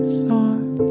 thought